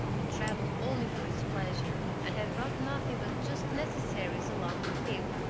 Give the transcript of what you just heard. who traveled only for his pleasure, and had brought nothing but just necessaries along with him,